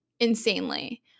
Insanely